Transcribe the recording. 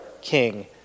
king